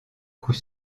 coup